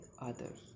others